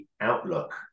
outlook